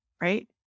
right